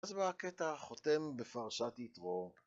ואז באה הקטע החותם בפרשת יתרו